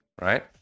right